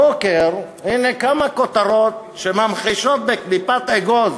הבוקר, הנה כמה כותרות שממחישות בקליפת אגוז